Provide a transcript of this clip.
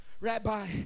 rabbi